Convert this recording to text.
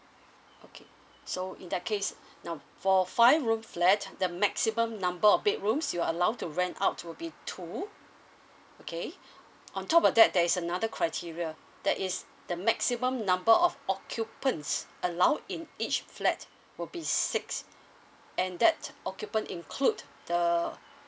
okay so in that case now for five room flat the maximum number of bedrooms you're allowed to rent out will be two okay on top of that there is another criteria that is the maximum number of occupants allowed in each flat will be six and that occupant include the